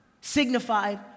signified